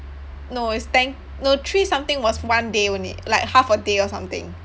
no it's ten no three something was one day only like half a day or something